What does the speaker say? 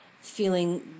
feeling